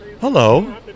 Hello